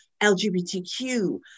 LGBTQ